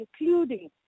including